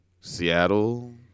Seattle